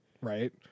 right